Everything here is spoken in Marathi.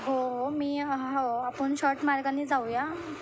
हो हो मी हो आपण शॉर्ट मार्गाने जाऊया